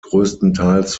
größtenteils